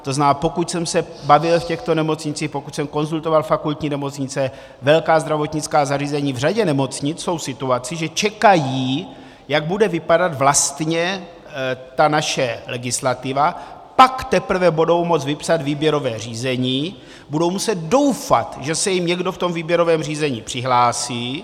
To znamená, pokud jsem se bavil v těchto nemocnicích, pokud jsem konzultoval fakultní nemocnice, velká zdravotnická zařízení, v řadě nemocnic jsou v situaci, že čekají, jak bude vypadat vlastně naše legislativa, pak teprve budou moct vypsat výběrové řízení, budou muset doufat, že se jim někdo v tom výběrovém řízení přihlásí.